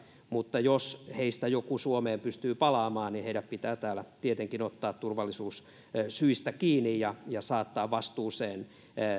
mutta jos heistä joku suomeen pystyy palaamaan niin heidät pitää täällä tietenkin ottaa turvallisuussyistä kiinni ja ja saattaa vastuuseen